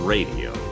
Radio